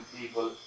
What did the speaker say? people